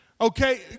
okay